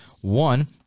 One